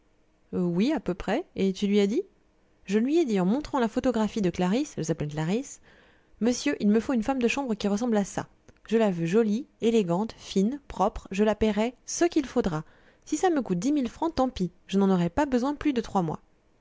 oui à peu près et tu lui as dit je lui ai dit en lui montrant la photographie de clarisse elle s'appelle clarisse monsieur il me faut une femme de chambre qui ressemble à ça je la veux jolie élégante fine propre je la paierai ce qu'il faudra si ça me coûte dix mille francs tant pis je n'en aurai pas besoin plus de trois mois